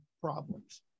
problems